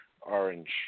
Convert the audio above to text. Orange